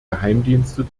geheimdienste